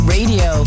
Radio